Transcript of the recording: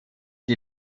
die